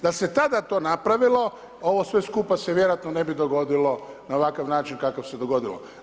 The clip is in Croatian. Da se tada to napravilo ovo sve skupa se vjerojatno ne bi dogodilo na ovakav način na kakav se dogodilo.